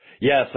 Yes